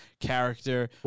character